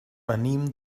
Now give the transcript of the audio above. venim